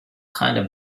kinda